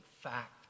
fact